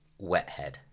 Wethead